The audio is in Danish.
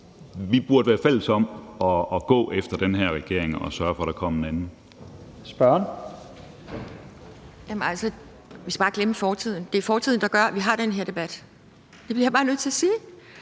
vi burde være fælles om at gå efter den her regering og sørge for, at der kom en anden.